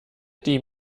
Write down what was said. die